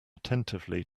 attentively